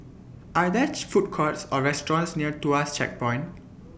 Are There Food Courts Or restaurants near Tuas Checkpoint